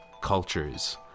cultures